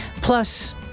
Plus